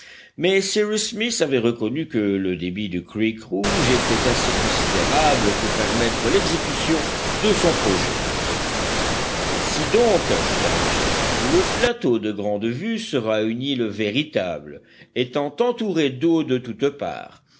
smith avait reconnu que le débit du creek rouge était assez considérable pour permettre l'exécution de son projet ainsi donc ajouta l'ingénieur le plateau de grande vue sera une île véritable étant entouré d'eau de toutes parts